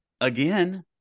again